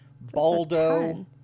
Baldo